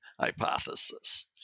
hypothesis